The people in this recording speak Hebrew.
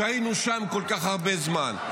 היינו שם כל כך הרבה זמן.